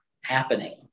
happening